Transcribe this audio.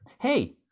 Hey